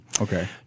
Okay